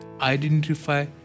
identify